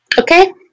Okay